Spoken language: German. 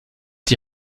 die